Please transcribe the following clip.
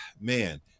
man